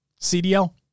CDL